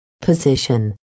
Position